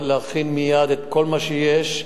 להכין מייד את כל מה שיש,